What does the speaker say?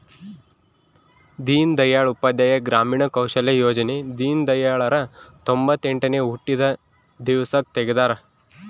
ದೀನ್ ದಯಾಳ್ ಉಪಾಧ್ಯಾಯ ಗ್ರಾಮೀಣ ಕೌಶಲ್ಯ ಯೋಜನೆ ದೀನ್ದಯಾಳ್ ರ ತೊಂಬೊತ್ತೆಂಟನೇ ಹುಟ್ಟಿದ ದಿವ್ಸಕ್ ತೆಗ್ದರ